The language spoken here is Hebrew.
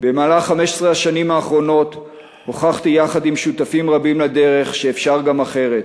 במהלך 15 השנים האחרונות הוכחתי יחד עם שותפים רבים לדרך שאפשר גם אחרת.